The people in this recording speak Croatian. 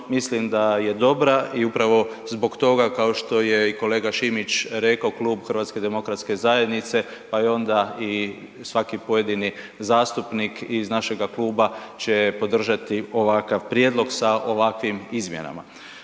mislim da je dobra i upravo zbog toga kao što je i kolega Šimić rekao, Klub HDZ-a pa i onda i svaki pojedini zastupnik iz našega kluba će podržati ovakav prijedlog sa ovakvim izmjenama.